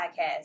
Podcast